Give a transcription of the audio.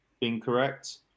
Incorrect